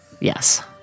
Yes